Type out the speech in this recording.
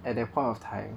at that point of time